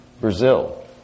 Brazil